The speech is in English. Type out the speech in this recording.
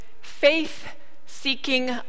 faith-seeking